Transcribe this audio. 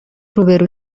روبرو